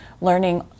learning